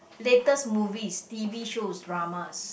latest movies t_v shows dramas